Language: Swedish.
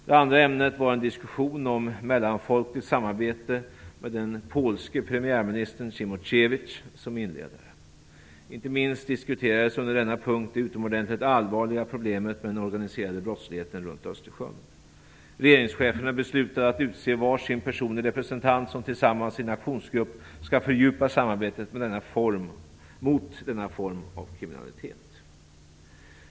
Det andra ämnet var en diskussion om mellanfolkligt samarbete med den polske premiärministern Under denna punkt diskuterades inte minst det utomordentligt allvarliga problemet med den organiserade brottsligheten runt Östersjön. Regeringscheferna beslutade att utse var sin personlig representant som tillsammans i en aktionsgrupp skall fördjupa samarbetet mot denna form av kriminalitet.